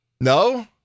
No